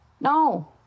no